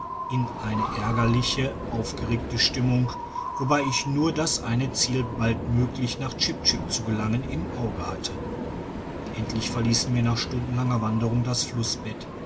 in eine ärgerliche aufgeregte stimmung wobei ich nur das eine ziel baldmöglicht nach chip chip zu gelangen im auge hatte endlich verliessen wir nach stundenlanger wanderung das flussbett